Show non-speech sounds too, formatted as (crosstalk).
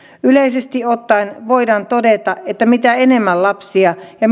yleisesti ottaen voidaan todeta että mitä enemmän lapsia ja (unintelligible)